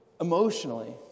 emotionally